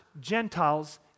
Gentiles